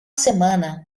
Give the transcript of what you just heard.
semana